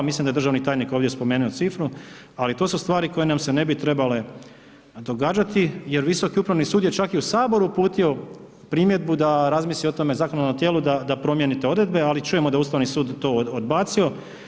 Mislim da je državni tajnik ovdje spomenuo cifru, ali to su stvari koje nam se ne bi trebale događati jer Visoki upravni sud je čak i u Saboru uputio primjedbu da razmisli o tome zakonodavnom tijelu da promijeni te odredbe, ali čujemo da Ustavni sud to odbacio.